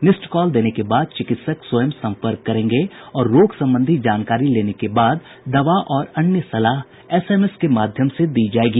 missed call देने के बाद चिकित्सक स्वयं सम्पर्क करेंगे और रोग संबंधी जानकारी लेने के बाद दवा और अन्य सलाह एसएमएस के माध्यम से दी जायेगी